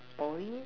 Poly